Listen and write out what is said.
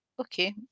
okay